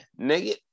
nigga